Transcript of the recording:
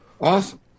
Awesome